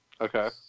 Okay